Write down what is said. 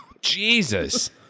Jesus